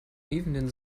miefenden